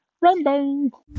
rainbow